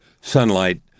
sunlight